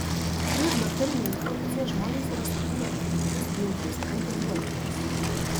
prieš bakterinę infekciją žmonės yra sukūrę efektyvius ginklus antibiotikus